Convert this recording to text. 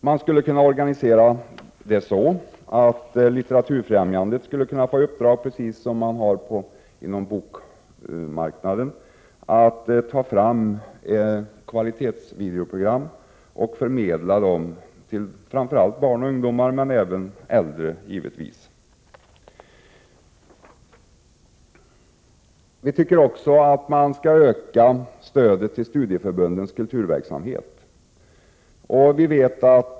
Man skulle kunna organisera det så, att Litteraturfrämjandet får i uppdrag — i likhet med vad som gäller inom bokmarknaden — att ta fram kvalitetsvideoprogram och förmedla dem till framför allt barn och ungdomar men givetvis även till äldre. Vi tycker också att man skall öka stödet till studieförbundens kulturverksamhet.